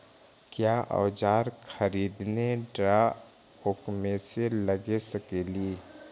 क्या ओजार खरीदने ड़ाओकमेसे लगे सकेली?